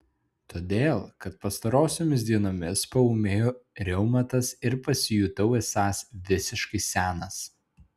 todėl kad pastarosiomis dienomis paūmėjo reumatas ir pasijutau esąs visiškai senas